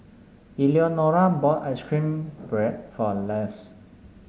Eleonora bought ice cream bread for Lars